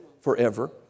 forever